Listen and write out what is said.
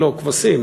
לא, כבשים.